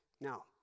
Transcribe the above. Now